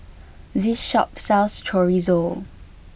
this shop sells Chorizo